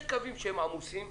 יש קווים שהם עמוסים,